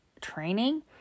training